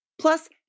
Plus